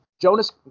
Jonas